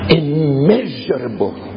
immeasurable